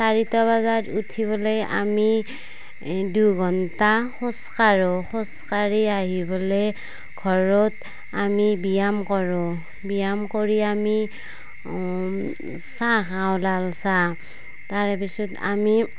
চাৰিটা বজাত উঠি পেলাই আমি দুঘণ্টা খোজকাঢ়ো খোজকাঢ়ি আহি পেলাই ঘৰত আমি ব্যায়াম কৰোঁ ব্যায়াম কৰি আমি চাহ খাওঁ লাল চাহ তাৰে পিছত আমি